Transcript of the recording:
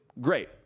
great